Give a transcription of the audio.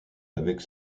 avec